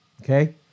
Okay